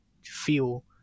feel